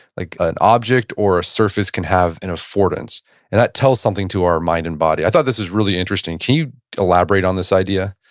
like an object or a surface can have an affordance and that tells something to our mind and body. i thought this is really interesting, can you elaborate on this idea?